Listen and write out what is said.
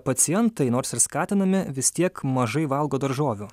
pacientai nors ir skatinami vis tiek mažai valgo daržovių